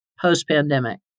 post-pandemic